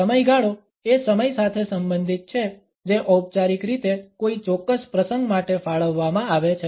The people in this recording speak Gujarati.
સમયગાળો એ સમય સાથે સંબંધિત છે જે ઔપચારિક રીતે કોઈ ચોક્કસ પ્રસંગ માટે ફાળવવામાં આવે છે